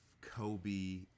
Kobe